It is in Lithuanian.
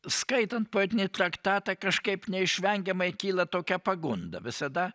skaitant poetinį traktatą kažkaip neišvengiamai kyla tokia pagunda visada